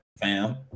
fam